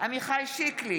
עמיחי שיקלי,